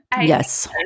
Yes